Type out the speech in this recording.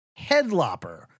Headlopper